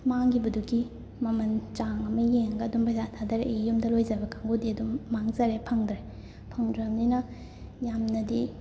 ꯃꯥꯡꯈꯤꯕꯗꯨꯒꯤ ꯃꯃꯜ ꯆꯥꯡ ꯑꯃ ꯌꯦꯡꯉꯒ ꯑꯗꯨꯝ ꯄꯩꯁꯥ ꯊꯥꯙꯔꯛꯏ ꯌꯨꯝꯗ ꯂꯣꯏꯖꯕ ꯀꯥꯡꯕꯨꯗꯤ ꯑꯗꯨꯝ ꯃꯥꯡꯖꯔꯦ ꯐꯪꯗ꯭ꯔꯦ ꯐꯪꯗ꯭ꯔꯕꯅꯤꯅ ꯌꯥꯝꯅꯗꯤ